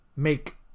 Make